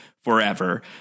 Forever